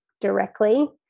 directly